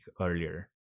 earlier